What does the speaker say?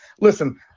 Listen